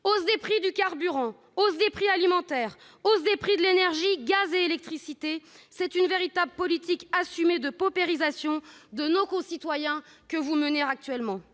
Hausse des prix du carburant, hausse des prix alimentaires, hausse des prix de l'énergie, gaz et électricité : c'est une véritable politique assumée de paupérisation de nos concitoyens que vous menez actuellement.